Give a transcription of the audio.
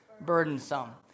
burdensome